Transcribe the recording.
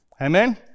amen